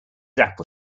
apple